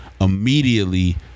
immediately